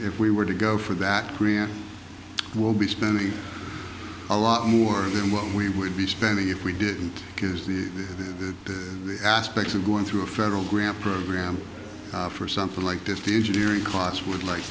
if we were to go for that korea will be spending a lot more than what we would be spending if we didn't because the aspects of going through a federal grant program for something like this the engineering costs would like